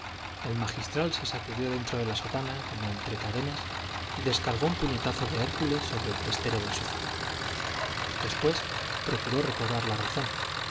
el magistral se sacudió dentro de la sotana como entre cadenas y descargó un puñetazo de hércules sobre el testero del sofá después procuró recobrar la razón